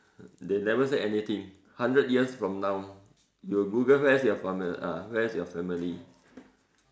they never say anything hundred years from now you'll Google where's your fam~ uh where's your family